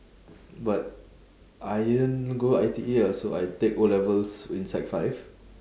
but I didn't go I_T_E ah so I take O-levels in sec five